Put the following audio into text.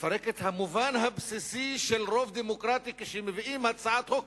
לפרק את המובן הבסיסי של רוב דמוקרטי כשמביאים הצעת חוק,